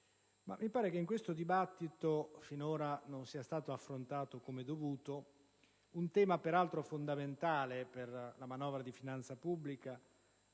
mi sembra che in questo dibattito finora non sia stato affrontato come dovuto un tema peraltro fondamentale per la manovra di finanza pubblica